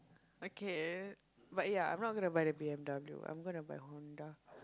okay but ya I'm not gonna buy the b_m_w I'm gonna buy Honda